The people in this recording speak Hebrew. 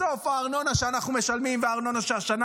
בסוף הארנונה שאנחנו משלמים והארנונה שהשנה